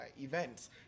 events